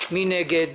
מי נגד?